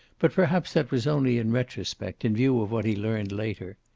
but perhaps that was only in retrospect, in view of what he learned later.